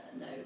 no